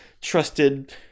trusted